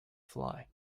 fly